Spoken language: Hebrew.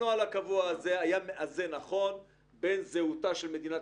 הנוהל הקבוע הזה היה מאזן נכון בין זהותה של מדינת